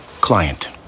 client